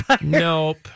nope